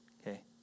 Okay